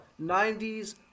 90s